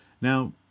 Now